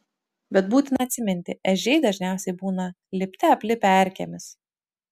bet būtina atsiminti ežiai dažniausiai būna lipte aplipę erkėmis